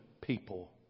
people